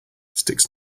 sticks